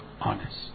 honest